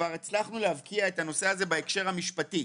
כבר הצלחנו להבקיע את הנושא הזה בהקשר המשפטי.